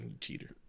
cheater